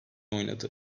oynadı